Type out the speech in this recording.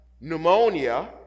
pneumonia